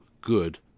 good